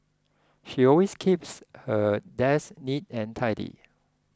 she always keeps her desk neat and tidy